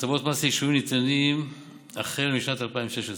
הטבות מס ליישובים ניתנות החל משנת 2016,